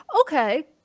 Okay